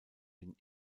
den